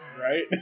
Right